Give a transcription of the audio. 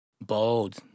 Bold